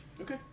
Okay